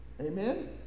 Amen